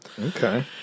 Okay